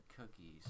cookies